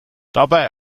dabei